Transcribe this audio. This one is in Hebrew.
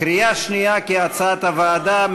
קריאה שנייה, כהצעת הוועדה.